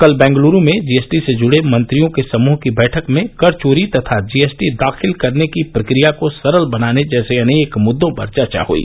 कल बेंगलूरू में जीएसटी से जुड़े मंत्रियों के समूह की बैठक में कर चोरी तथा जीएसटी दाखिल करने की प्रक्रिया को सरल बनाने जैसे अनेक मृद्दों पर चर्चा हई